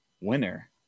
Winner